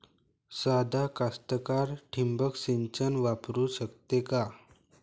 सादा कास्तकार ठिंबक सिंचन वापरू शकते का?